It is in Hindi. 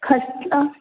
खस्ता